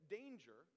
danger